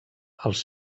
els